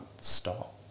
stop